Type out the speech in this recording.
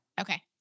Okay